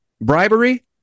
bribery